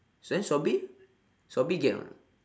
then sobri sobri get or not